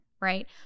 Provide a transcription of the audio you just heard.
right